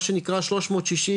מה שנקרא 360,